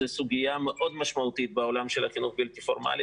זו סוגיה מאוד משמעותית בעולם של החינוך הבלתי פורמלי,